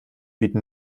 bieten